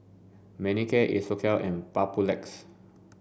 Manicare Isocal and Papulex